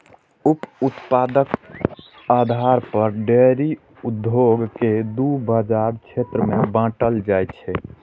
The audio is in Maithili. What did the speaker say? उप उत्पादक आधार पर डेयरी उद्योग कें दू बाजार क्षेत्र मे बांटल जाइ छै